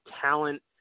talent